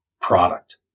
product